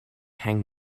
hang